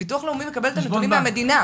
ביטוח לאומי מקבל את הנתונים מהמדינה.